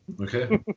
Okay